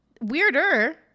Weirder